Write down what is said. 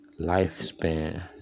lifespan